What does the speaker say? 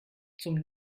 zum